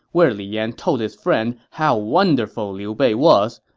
where li yan told his friend how wonderful liu bei was.